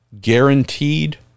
Guaranteed